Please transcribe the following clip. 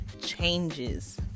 changes